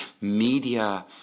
media